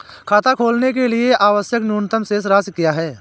खाता खोलने के लिए आवश्यक न्यूनतम शेष राशि क्या है?